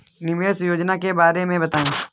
निवेश योजना के बारे में बताएँ?